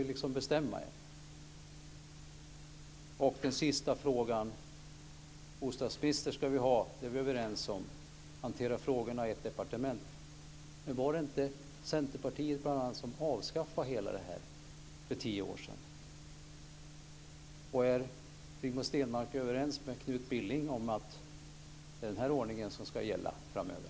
Ni får bestämma er. Den sista frågan gäller bostadsminister: Vi är överens om att vi ska ha en bostadsminister och hantera frågorna i ett departement. Men var det inte bl.a. Centerpartiet som avskaffade detta för tio år sedan? Är Rigmor Stenmark överens med Knut Billing om att det är den här ordningen som ska gälla framöver?